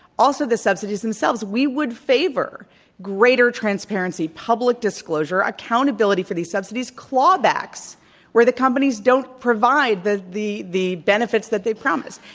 also the subsidies themselves, we would favor greater transparency, public disclosure, accountability for these subsidies, claw backs where the companies don't provide the the benefits that they promised,